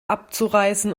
abzureißen